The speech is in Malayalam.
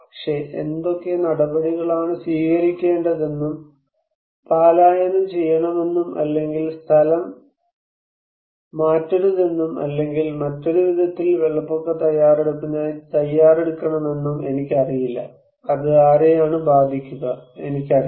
പക്ഷേ ഏതൊക്കെ നടപടികളാണ് സ്വീകരിക്കേണ്ടതെന്നും പലായനം ചെയ്യണമെന്നും അല്ലെങ്കിൽ സ്ഥലം മാറ്റരുതെന്നും അല്ലെങ്കിൽ മറ്റൊരു വിധത്തിൽ വെള്ളപ്പൊക്ക തയ്യാറെടുപ്പിനായി തയ്യാറെടുക്കണമെന്നും എനിക്കറിയില്ല അത് ആരെയാണ് ബാധിക്കുക എനിക്കറിയില്ല